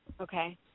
Okay